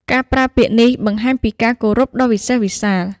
ការប្រើពាក្យនេះបង្ហាញពីការគោរពដ៏វិសេសវិសាល។